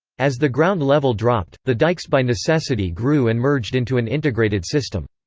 as the ground level dropped, the dikes by necessity grew and merged into an integrated system.